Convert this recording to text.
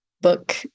book